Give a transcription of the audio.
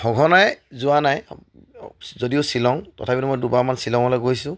সঘনাই যোৱা নাই যদিও শ্বিলং তথাপিতো মই দুবাৰমান শ্বিলঙলৈ গৈছোঁ